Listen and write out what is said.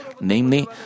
namely